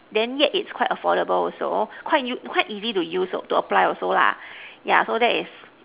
then yet it is quite affordable also quite quite easy to use to apply also lah yeah so that is